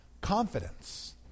confidence